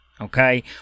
okay